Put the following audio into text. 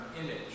image